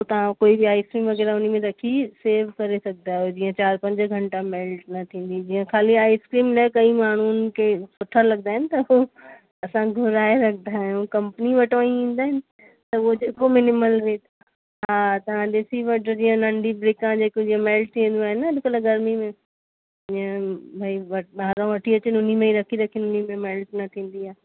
त तव्हां कोई बि आइस्क्रीम वगै़रह उनमें रखी सेव करे सघंदा आहियो जीअं चारि पंज घंटा मेल्ट न थींदी जीअं ख़ाली आइस्क्रीम लाइ कई माण्हू खे सुठा लॻंदा आहिनि त हू असां घुराए रखंदा आहियूं कंपनी वटो ई ईंदा आहिनि त उओ जेको मिनिमल रेट हा तव्हां ॾिसी वठिजो जीअं नंढी ब्रिकां जेकियूं मेल्ट थी वेंदियूं आहिनि न अॼकल्ह गर्मी में जीअं भई ॿाहिरां वठी अच उनी में रखी रख उनमें मेल्ट न थींदी आहे